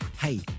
Hey